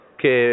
che